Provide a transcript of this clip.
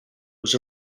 was